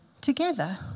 together